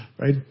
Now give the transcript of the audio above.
Right